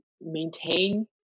maintain